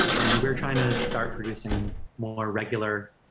and we're trying to start producing more regular